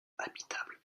habitable